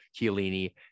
Chiellini